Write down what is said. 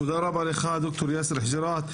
תודה רבה לך, ד"ר יאסר חוג'יראת.